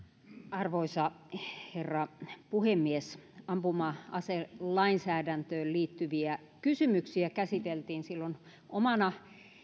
arvoisa herra puhemies ampuma aselainsäädäntöön liittyviä kysymyksiä käsiteltiin silloin omana